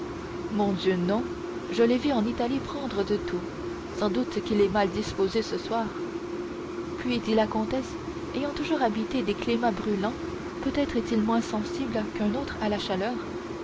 mon dieu non je l'ai vu en italie prendre de tout sans doute qu'il est mal disposé ce soir puis dit la comtesse ayant toujours habité des climats brillants peut-être est-il moins sensible qu'un autre à la chaleur